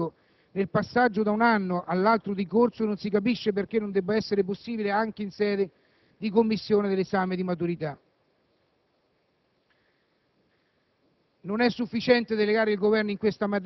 E' evidente che essendo questo consentito per tutto il percorso didattico nel passaggio da un anno di corso all'altro, non si capisce perché non debba essere possibile anche in sede di ammissione all'esame di maturità.